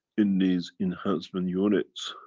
in these enhancement units